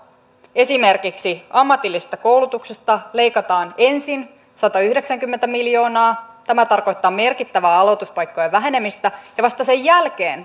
esimerkiksi ammatillisesta koulutuksesta leikataan ensin satayhdeksänkymmentä miljoonaa mikä tarkoittaa merkittävää aloituspaikkojen vähenemistä ja vasta sen jälkeen